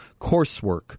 coursework